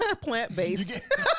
Plant-based